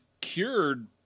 cured